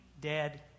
dead